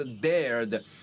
dared